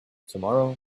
tomorrow